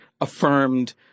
affirmed